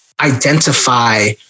identify